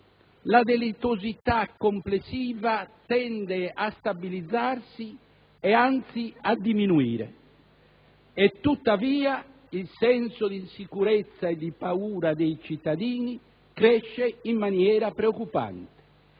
la delittuosità complessiva tende a stabilizzarsi e anzi a diminuire. E tuttavia, il senso di insicurezza e di paura dei cittadini cresce in maniera preoccupante.